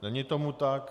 Není tomu tak.